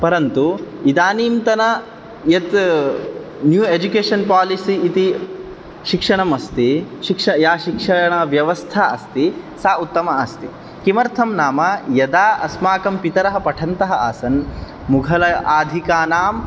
परन्तु इदानीन्तन यत् न्यू एजुकेशन् पोलिसि इति शिक्षणम् अस्ति शिक्ष या शिक्षणव्यवस्था अस्ति सा उत्तमा अस्ति किमर्थं नाम यदा अस्माकं पितरः पठन्तः आसन् मुघल आदिकानां